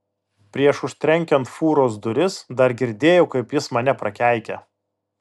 prieš užtrenkiant fūros duris dar girdėjau kaip jis mane prakeikia